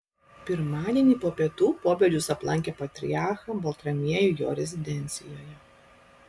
pirmadienį po pietų popiežius aplankė patriarchą baltramiejų jo rezidencijoje